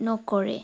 নকৰে